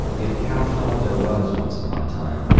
if cow tunnel there was once upon a time,